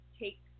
take